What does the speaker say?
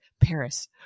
paris